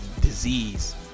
disease